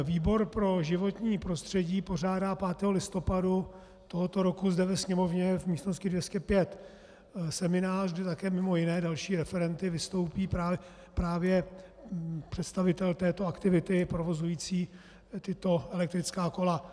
Výbor pro životní prostředí pořádá 5. listopadu tohoto roku zde ve Sněmovně v místnosti 205 seminář, kde také mimo jiné další referenty vystoupí právě představitel této aktivity provozující tato elektrická kola.